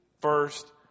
first